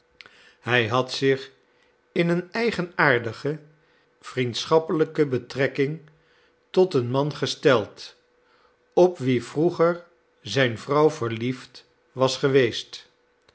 hij had zich in een eigenaardige vriendschappelijke betrekking tot een man gesteld op wien vroeger zijn vrouw verliefd was geweest